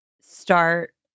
Start